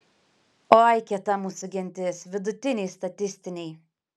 oi kieta mūsų gentis vidutiniai statistiniai